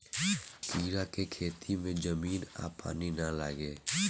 कीड़ा के खेती में जमीन आ पानी ना लागे